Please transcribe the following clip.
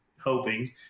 hoping